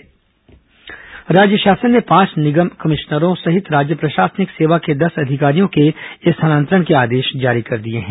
IAS तबादला राज्य शासन ने पांच निगम कमिश्नर सहित राज्य प्रशासनिक सेवा के दस अधिकारियों के स्थानांतरण आदेश जारी कर दिए हैं